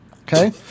Okay